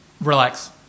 Relax